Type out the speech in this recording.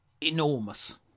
enormous